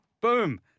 boom